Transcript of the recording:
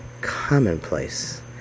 commonplace